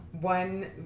One